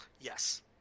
Yes